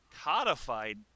codified